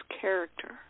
character